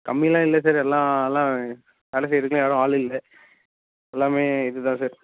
கம்மிலாம் இல்லை சார் எல்லாம் நல்லா வேலை செய்யறதுக்கெல்லாம் யாரும் ஆள் இல்லை எல்லாமே இது தான் சார்